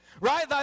Right